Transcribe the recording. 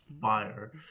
fire